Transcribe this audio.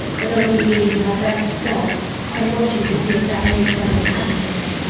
but only being her best self and watching to see if that made something happen to him.